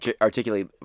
articulate